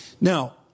Now